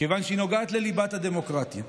כיוון שהיא נוגעת לליבת הדמוקרטיה.